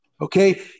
okay